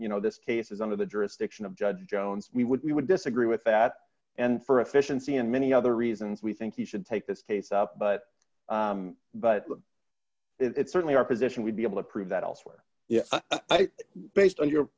you know this case is under the jurisdiction of judge jones we would we would disagree with that and for efficiency and many other reasons we think he should take this case up but but it's certainly our position would be able to prove that elsewhere based on your